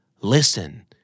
Listen